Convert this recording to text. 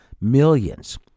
millions